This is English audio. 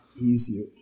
Easier